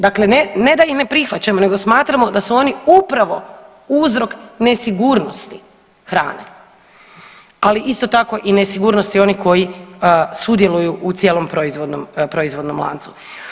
Dakle, ne da ih ne prihvaćamo nego smatramo da su oni upravo uzrok nesigurnosti hrane, ali isto tako i nesigurnosti onih koji sudjeluju u cijelom proizvodnom, proizvodnom lancu.